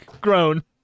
grown